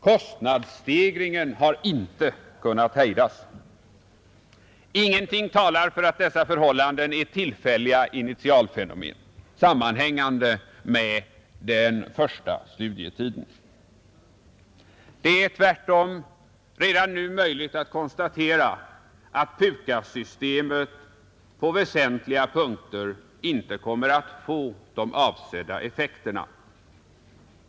Kostnadsstegringen har inte kunnat hejdas. Ingenting talar för att dessa förhållanden är tillfälliga initialfenomen, sammanhängande med den första studietiden. Det är tvärtom redan nu möjligt att konstatera att PUKAS-systemet på väsentliga punkter inte kommer att få de avsedda effekterna.